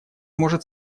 может